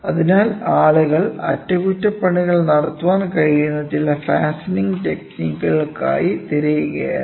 അതിനാൽ ആളുകൾ അറ്റകുറ്റപ്പണികൾ നടത്താൻ കഴിയുന്ന ചില ഫാസ്റ്റണിംഗ് ടെക്നിക്കുകൾക്കായി തിരയുകയായിരുന്നു